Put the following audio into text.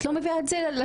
את לא מביאה את זה לשולחן,